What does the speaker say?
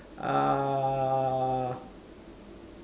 uh